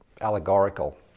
allegorical